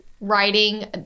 writing